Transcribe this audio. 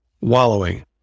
Wallowing